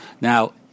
Now